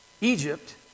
Egypt